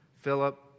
Philip